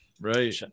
right